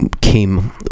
Came